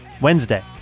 Wednesday